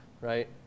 Right